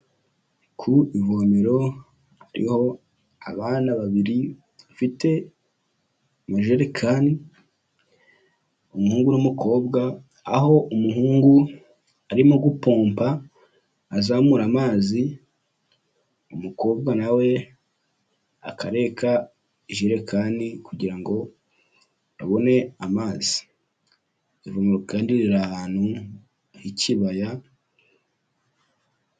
Ku ivomero hariho abana babiri bafite amajerekani, umuhungu n'umukobwa aho umuhungu arimo gupompa azamura amazi, umukobwa nawe akareka ijerekani kugira ngo abone amazi, ivomo kandi riri ahantu h'ikibaya.